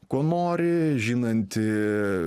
ko nori žinanti